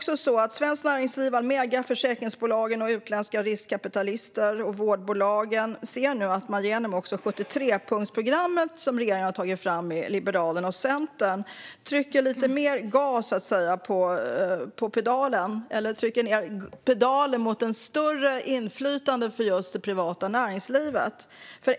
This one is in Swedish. Svenskt Näringsliv, Almega, försäkringsbolagen, utländska riskkapitalister och vårdbolagen ser nu att det genom 73-punktsprogrammet, som regeringen har tagit fram tillsammans med Liberalerna och Centern, blir ett större tryck på pedalen för ett större inflytande för just det privata näringslivet.